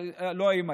לא האימא,